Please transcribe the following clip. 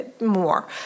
more